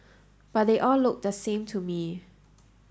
but they all looked the same to me